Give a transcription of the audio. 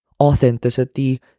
Authenticity